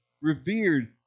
revered